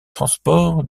transports